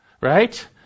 right